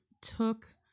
took